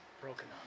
broken